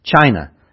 China